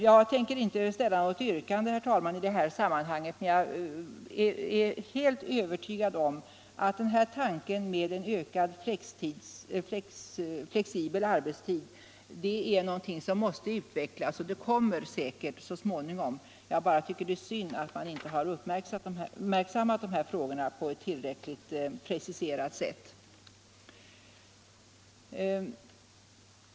Jag tänker inte framställa något yrkande i detta sammanhang, herr talman, men jag är helt övertygad om att tanken med ökad flexibel arbetstid är någonting som måste utvecklas och det kommer säkert så småningom. Det är bara synd att man inte uppmärksammat frågorna på ett tillräckligt preciserat sätt.